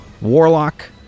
Warlock